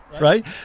Right